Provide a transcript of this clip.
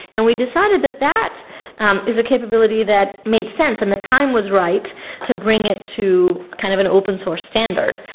and we decided that that um is a capability that made sense and the time was right to bring it to kind of an open source standard,